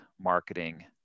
marketing